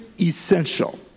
essential